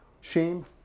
shame